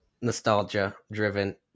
nostalgia-driven